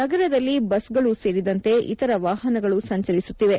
ನಗರದಲ್ಲಿ ಬಸ್ಗಳು ಸೇರಿದಂತೆ ಇತರ ವಾಹನಗಳು ಸಂಚರಿಸುತ್ತಿವೆ